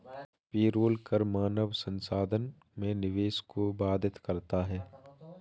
payroll कर मानव संसाधन में निवेश को बाधित करता है